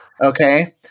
okay